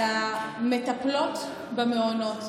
על המטפלות במעונות.